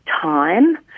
time